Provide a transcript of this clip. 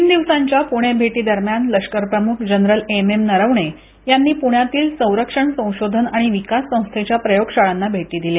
तीन दिवसांच्या पुणे भेटी दरम्यान लष्करप्रमुख जनरल मनोज नरवणे यांनी पुण्यातील संरक्षण संशोधन आणि विकास संस्थेच्या प्रयोगशाळांना भेटी दिल्या